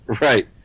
Right